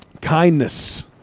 Kindness